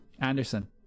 anderson